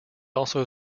also